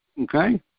Okay